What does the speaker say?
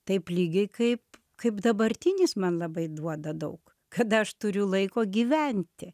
taip lygiai kaip kaip dabartinis man labai duoda daug kad aš turiu laiko gyventi